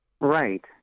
Right